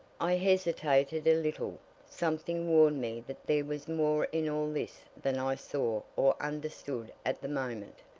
i hesitated a little something warned me that there was more in all this than i saw or understood at the moment.